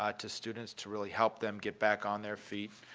ah to students, to really help them get back on their feet.